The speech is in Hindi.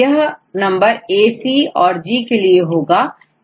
यह नंबरAC और जी के लिए होगा